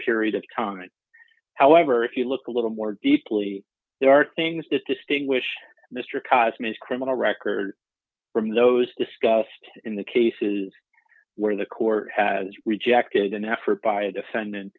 period of time and however if you look a little more deeply there are things that distinguish mr cosmic criminal record from those discussed in the cases where the court has rejected an effort by a defendant